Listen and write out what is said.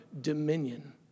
dominion